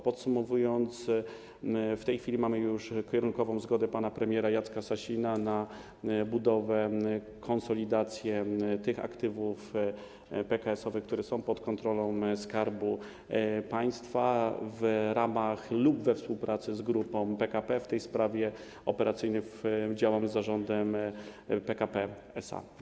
Podsumowując, w tej chwili mamy już kierunkową zgodę pana premiera Jacka Sasina na budowę, konsolidację tych aktywów PKS-owych, które są pod kontrolą Skarbu Państwa, w ramach lub we współpracy z Grupą PKP w tej sprawie, operacyjnych działań z Zarządem PKP SA.